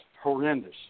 horrendous